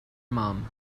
mum